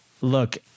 Look